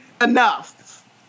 Enough